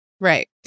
Right